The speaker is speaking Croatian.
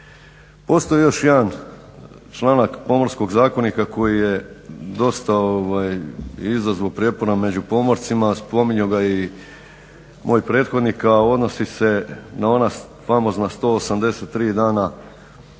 Postoji još jedan članak Pomorskog zakonika koji je dosta izazvao prijepora među pomorcima, a spominjao ga je i moj prethodnik, a odnosi se na ona famozna 183 dana plovidbe